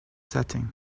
setting